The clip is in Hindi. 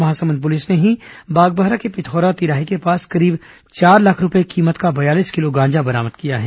महासमुंद पुलिस ने बागबाहरा के पिथौरा तिराहे के पास करीब चार लाख रूपये कीमत का बयालीस किलो गांजा बरामद किया है